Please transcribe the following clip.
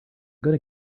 gonna